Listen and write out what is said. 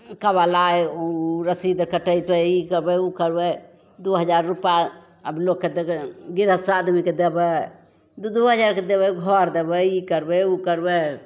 कऽ वला रसीद कटेबै ई करबै ओ करबै दुइ हजार रुपा आब लोकके देबै गृहस्थ आदमीके देबै दुइ दुइ हजारके देबै घर देबै ई करबै ओ करबै